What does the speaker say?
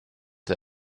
der